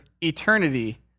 eternity